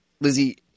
Lizzie